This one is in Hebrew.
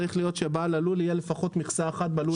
צריכה להיות שלבעל הלול תהיה לפחות מכסה אחת בלול הקיים.